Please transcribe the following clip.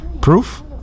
proof